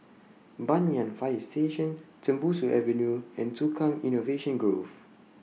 Banyan Fire Station Tembusu Avenue and Tukang Innovation Grove